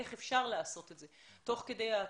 איך אפשר לעשות את זה תוך כד ההתאמות,